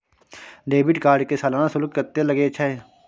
Debit card के सालाना शुल्क कत्ते लगे छै?